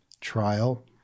trial